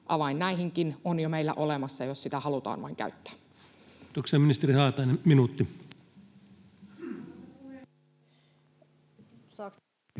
että näihinkin on meillä avain jo olemassa, jos sitä vain halutaan käyttää. Kiitoksia. — Ministeri Haatainen, minuutti.